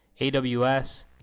AWS